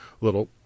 little